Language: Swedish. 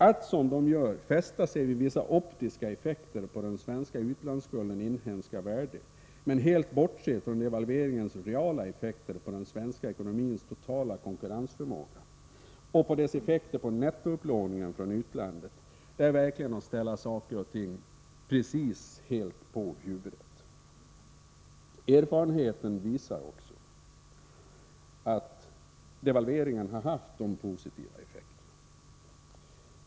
Att som de gör fästa sig vid vissa optiska effekter på den svenska utlandsskuldens inhemska värde men helt bortse från devalveringens reala effekter på den svenska ekonomins totala konkurrensförmåga och dess effekt på nettoupplåningen från utlandet är verkligen att ställa saker och ting helt på huvudet. Erfarenheten visar också att devalveringen har haft dessa positiva effekter.